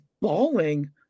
bawling